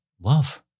love